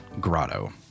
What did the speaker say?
grotto